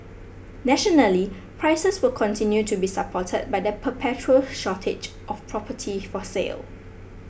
nationally prices will continue to be supported by the perpetual shortage of property for sale